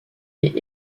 est